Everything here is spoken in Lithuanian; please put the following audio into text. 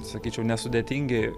sakyčiau nesudėtingi